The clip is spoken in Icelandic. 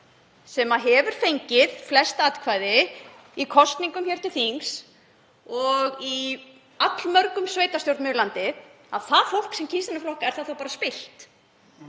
sem hefur fengið flest atkvæði í kosningum til þings og í allmörgum sveitarstjórnum um landið og fólkið sem kýs þennan flokk, er það þá bara spillt?